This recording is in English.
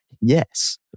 yes